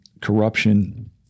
corruption